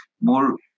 more